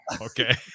okay